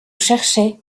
cherchait